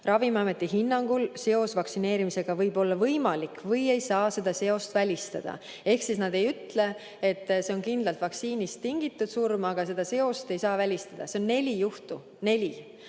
"Ravimiameti hinnangul seos vaktsineerimisega võib olla võimalik, ei saa seda seost välistada." Ehk nad ei ütle, et on kindlalt vaktsiinist tingitud surmasid, aga seda seost ei saa välistada. Neid on neli juhtu. Neli!